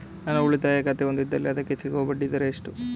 ನಾನು ಉಳಿತಾಯ ಖಾತೆ ಹೊಂದಿದ್ದಲ್ಲಿ ಅದಕ್ಕೆ ಸಿಗುವ ಬಡ್ಡಿ ದರ ಎಷ್ಟು?